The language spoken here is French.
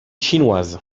chinoise